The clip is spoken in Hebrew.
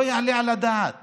לא יעלה על הדעת